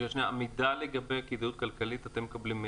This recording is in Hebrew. המידע לגבי כדאיות כלכלית, מאיפה אתם מקבלים?